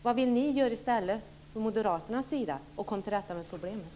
Vad vill ni göra i stället från moderaternas sida för att komma till rätta med problemet?